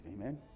amen